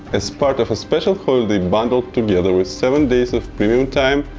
as part of a special holiday bundle together with seven days of premium time,